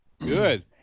Good